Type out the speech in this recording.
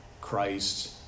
Christ